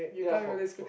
ya for